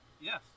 Yes